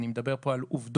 אני מדבר פה על עובדות